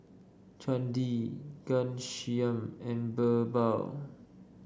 Chandi Ghanshyam and BirbaL